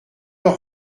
leur